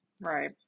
Right